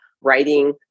writing